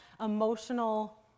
emotional